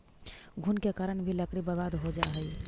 घुन के कारण भी लकड़ी बर्बाद हो जा हइ